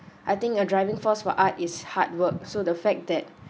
I think you're driving force for art is hard work so the fact that